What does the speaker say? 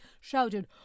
shouted